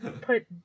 put